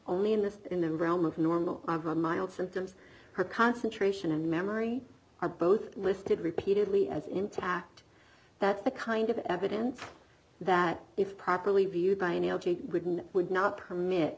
only in the in the realm of normal a mild symptoms her concentration and memory are both listed repeatedly as intact that's the kind of evidence that if properly viewed by analogy would not permit